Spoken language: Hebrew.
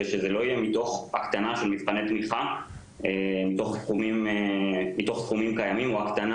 ושזה לא יהיה מתוך הקטנה של מבחני תמיכה בתחומים קיימים או הקטנה